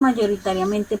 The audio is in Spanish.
mayoritariamente